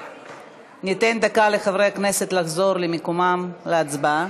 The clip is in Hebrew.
ניתן דקה לחברי הכנסת לחזור למקומם, להצבעה.